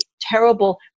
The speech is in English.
terrible